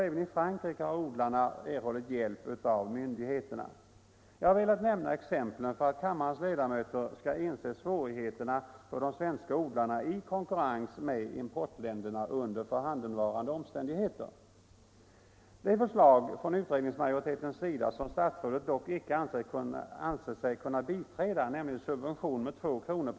Även i Frankrike har odlarna erhållit hjälp av myndigheterna. Jag har velat nämna exemplen för att kammarens ledamöter skall inse svårigheterna för de svenska odlarna i konkurrens med importländerna under förhandenvarande omständigheter. Det förslag från utredningsmajoritetens sida som statsrådet dock icke ansåg sig kunna biträda, nämligen subvention med 2 kr.